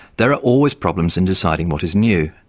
there are always problems in deciding what is new.